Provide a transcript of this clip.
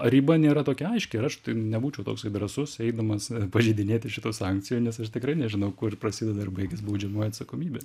riba nėra tokia aiški ir aš tai nebūčiau toksai drąsus eidamas pažeidinėti šitą sankciją nes aš tikrai nežinau kur prasideda ir baigias baudžiamoji atsakomybė